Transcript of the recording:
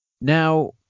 Now